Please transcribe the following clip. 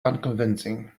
unconvincing